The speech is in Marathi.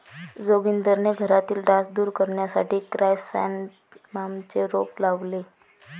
जोगिंदरने घरातील डास दूर करण्यासाठी क्रायसॅन्थेममचे रोप लावले